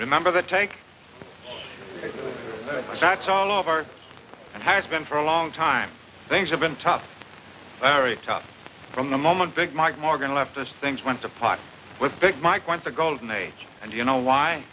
remember the take that's all over and has been for a long time things have been tough very tough from the moment big mike morgan left us things went to pot with big mike went for golden age and you know why